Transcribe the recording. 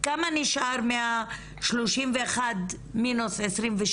כמה נשאר מה-31 פחות ה-26